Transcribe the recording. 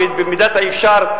במידת האפשר,